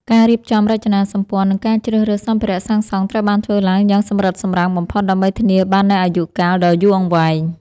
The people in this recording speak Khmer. ការរៀបចំរចនាសម្ព័ន្ធ និងការជ្រើសរើសសម្ភារៈសាងសង់ត្រូវបានធ្វើឡើងយ៉ាងសម្រិតសម្រាំងបំផុត ដើម្បីធានាបាននូវអាយុកាលដ៏យូរអង្វែង។